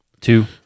two